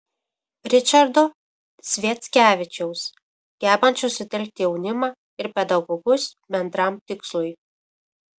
ričardo sviackevičiaus gebančio sutelkti jaunimą ir pedagogus bendram tikslui